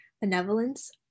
benevolence